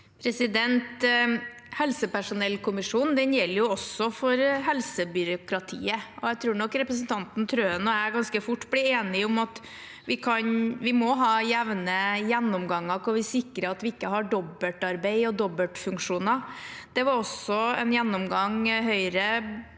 Helseperso- nellkommisjonen gjelder også for helsebyråkratiet. Jeg tror nok representanten Wilhelmsen Trøen og jeg ganske fort blir enige om at vi må ha jevne gjennomganger hvor vi sikrer at vi ikke har dobbeltarbeid og dobbeltfunksjoner. Det var også en gjennomgang Høyre